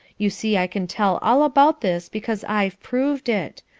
you see i can tell all about this because i've proved it.